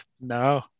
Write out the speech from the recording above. no